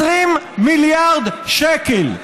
20 מיליארד שקל.